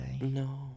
No